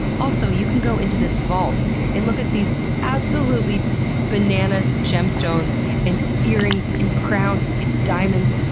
also, you can go into this vault and look at these absolutely bananas gemstones and earrings, and crowns, and diamonds,